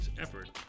effort